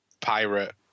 pirate